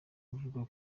avuga